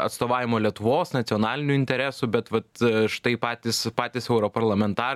atstovavimo lietuvos nacionalinių interesų bet vat štai patys europarlamentarai vis dėl to